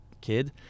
kid